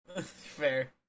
Fair